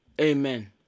Amen